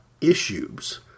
issues